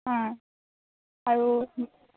আৰু